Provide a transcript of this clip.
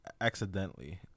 accidentally